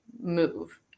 move